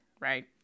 right